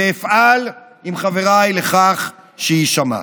ואפעל עם חבריי לכך שיישמע.